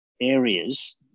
areas